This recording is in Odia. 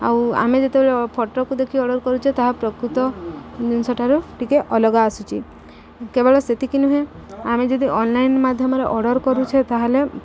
ଆଉ ଆମେ ଯେତେବେଳେ ଫଟୋକୁ ଦେଖି ଅର୍ଡ଼ର୍ କରୁଛେ ତାହା ପ୍ରକୃତ ଜିନିଷ ଠାରୁ ଟିକେ ଅଲଗା ଆସୁଛି କେବଳ ସେତିକି ନୁହେଁ ଆମେ ଯଦି ଅନ୍ଲାଇନ୍ ମାଧ୍ୟମରେ ଅର୍ଡ଼ର୍ କରୁଛେ ତା'ହେଲେ